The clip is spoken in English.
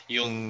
Yung